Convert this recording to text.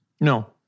No